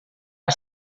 que